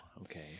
Okay